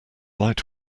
light